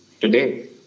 today